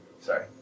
Sorry